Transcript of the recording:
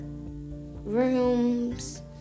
rooms